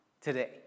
today